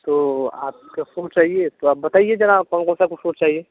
तो आपका फ़्रूट चाहिए तो आप बताइए ज़रा कौन कौन सा आपको फ़्रूट चाहिए